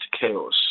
chaos